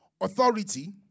authority